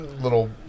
Little